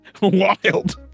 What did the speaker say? wild